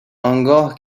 آنگاه